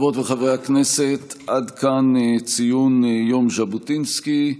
חברות וחברי הכנסת, עד כאן ציון יום ז'בוטינסקי.